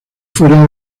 fuera